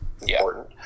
important